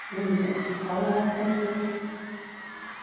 हुन्छ हुन्छ हवस् थ्याङ्क यु